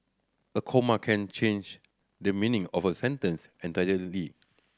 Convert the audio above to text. a comma can change the meaning of a sentence entirely